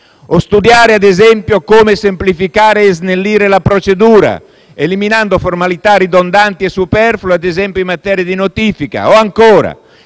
studiare come semplificare e snellire la procedura, eliminando formalità ridondanti e superflue, ad esempio, in materia di notifica. Si